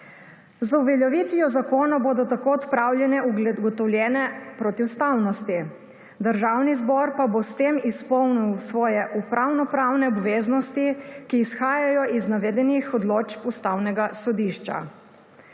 Z uveljavitvijo zakona bodo tako odpravljene ugotovljene protiustavnosti, Državni zbor pa bo s tem izpolnil svoje upravnopravne obveznosti, ki izhajajo iz navedenih odločb Ustavnega sodišča.